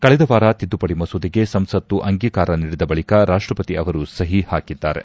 ಕಳೆದ ವಾರ ತಿದ್ದುಪಡಿ ಮಸೂದೆಗೆ ಸಂಸತ್ತು ಅಂಗೀಕಾರ ನೀಡಿದ ಬಳಿಕ ರಾಷ್ಲಪತಿ ಅವರು ಸಹಿ ಹಾಕಿದ್ದಾರೆ